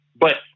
but-